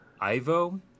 Ivo